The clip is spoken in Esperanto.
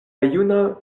juna